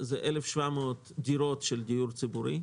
זה 1,700 דירות של דיור ציבורי,